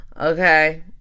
Okay